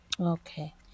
Okay